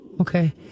okay